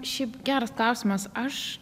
šiaip geras klausimas aš